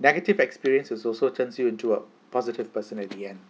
negative experiences is also turns you into a positive person at the end